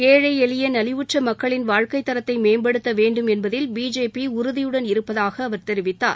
ஏழை எளிய நலிவுற்ற மக்களின் வாழ்க்கைத்தரத்தை மேம்படுத்த வேண்டும் என்பதில் பிஜேபி உறுதியுடன் இருப்பதாக அவர் தெரிவித்தார்